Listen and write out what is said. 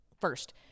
first